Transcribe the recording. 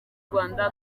rwanda